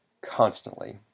constantly